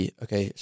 okay